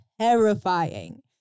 terrifying